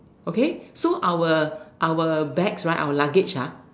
okay so our our bags right our luggage ah